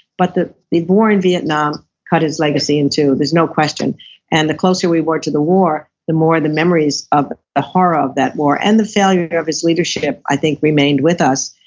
but the the war in vietnam cut his legacy in two, there's no question and the closer we were to the war the more the memories of the horror of that war, and the failure of his leadership i think remained with us.